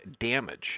damage